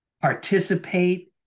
participate